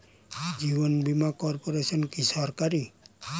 জীবন বীমা কর্পোরেশন কি সরকারি?